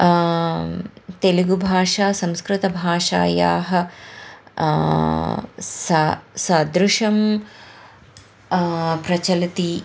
तेलुगुभाषा संस्कृतभाषायाः सा सदृशं प्रचलति